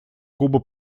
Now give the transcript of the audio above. куба